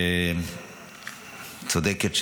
תודה לחברת הכנסת מטי צרפתי הרכבי על השאלה